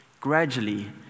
Gradually